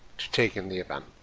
to take in the event,